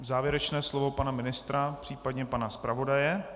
Závěrečné slovo pana ministra, případně pana zpravodaje?